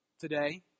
today